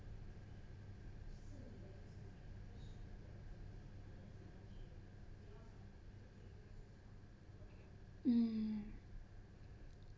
mm